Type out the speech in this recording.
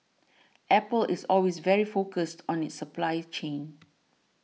Apple is always very focused on its supply chain